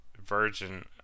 Virgin